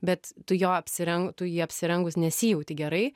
bet tu jo apsireng tu jį apsirengus nesijauti gerai